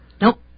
Nope